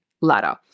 ladder